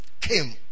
Came